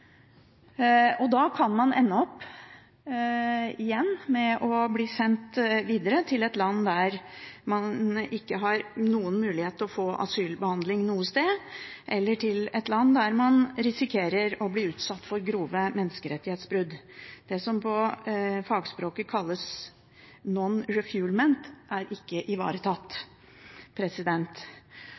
og da kan man ende opp med å bli sendt videre til et land der man ikke har noen mulighet til å få asylbehandling noe sted, eller til et land der man risikerer å bli utsatt for grove menneskerettighetsbrudd. Det som på fagspråket kalles «non refoulement», er ikke ivaretatt.